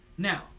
Now